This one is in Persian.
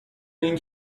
این